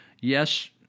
Yes